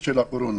של הקורונה.